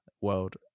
world